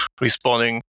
responding